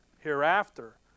Hereafter